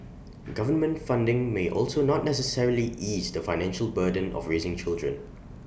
government funding may also not necessarily ease the financial burden of raising children